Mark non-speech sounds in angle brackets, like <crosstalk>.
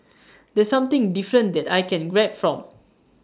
<noise> that's something different that I can grab from